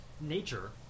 nature